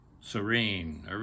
serene